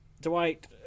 Dwight